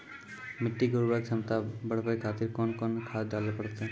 मिट्टी के उर्वरक छमता बढबय खातिर कोंन कोंन खाद डाले परतै?